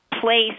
place